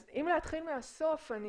אם נתחיל מהסוף,